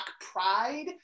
Pride